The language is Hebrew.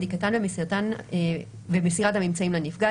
בדיקתן ומסירת הממצאים לנפגע,